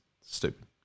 stupid